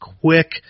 quick